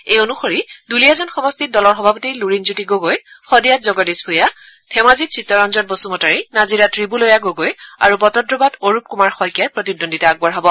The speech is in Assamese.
এই অনুসৰি দুলীয়াজান সমষ্টিত দলৰ সভাপতি লুৰিণজ্যোতি গগৈ শদিয়াত জগদীশ ভূঞা ধেমাজিত চিত্তৰঞ্জন বসুমতাৰী নাজিৰাত ৰিবুলয়া গগৈ আৰু বটদ্ৰৱাত অৰূপ কুমাৰ শইকীয়াই প্ৰতিদ্বন্দ্বিতা আগবঢ়াব